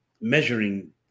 measuring